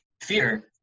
fear